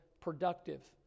productive